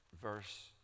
verse